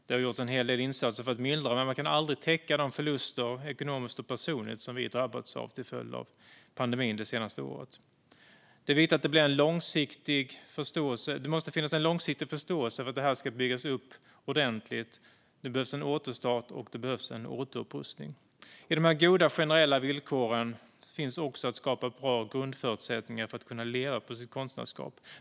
Det har gjorts en hel del insatser för att mildra effekterna, men man kan aldrig täcka de ekonomiska och personliga förluster vi under det senaste året har drabbats av till följd av pandemin. Det måste finnas en långsiktig förståelse för att detta ska kunna byggas upp ordentligt. Det behövs en återstart och en återupprustning. I dessa goda generella villkor finns också ett behov av att skapa bra grundförutsättningar för att människor ska kunna leva på sitt konstnärskap.